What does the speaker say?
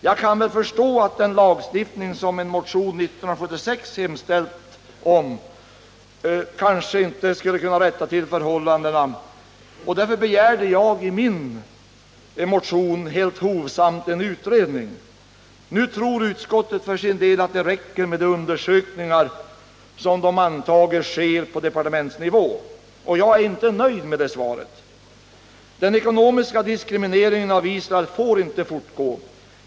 Jag kan väl förstå att den lagstiftning som en motion år 1976 hemställt om kanske inte skulle kunna rätta till förhållandena, och därför har jag i min motion helt hovsamt begärt en utredning. Nu tror utskottet för sin del att det räcker med undersökningar som sker på departementsnivå. Jag är inte nöjd med det svaret. Den ekonomiska diskrimineringen av Israel får inte fortgå.